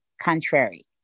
contrary